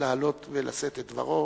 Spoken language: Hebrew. לעלות ולשאת את דברו.